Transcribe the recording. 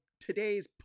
today's